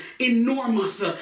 Enormous